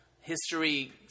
history